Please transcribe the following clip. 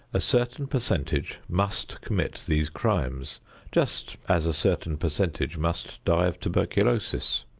a certain percentage must commit these crimes just as a certain percentage must die of tuberculosis.